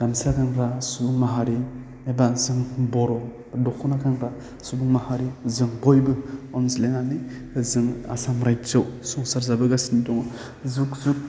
गामसा गानग्रा सुबुं माहारि एबा जों बर' दख'ना गानग्रा सुबुं माहारि जों बयबो अनज्लायनानै जों आसाम रायजोआव संसार जाबोगासिनो दङ जुग जुग